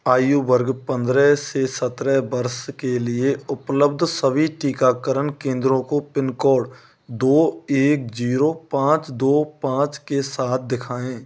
आयु वर्ग पंद्रेह से सत्रह वर्ष के लिए उपलब्ध सभी टीकाकरण केंद्रोँ को पिन कोड दो एक जीरो पाँच दो पाँच के साथ दिखाएँ